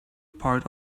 part